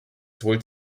sowohl